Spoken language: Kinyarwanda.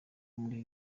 muri